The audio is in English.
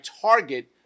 target